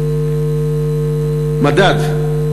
מדד,